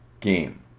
game